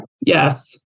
Yes